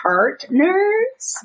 Partners